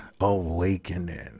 awakening